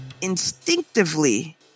instinctively